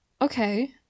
Okay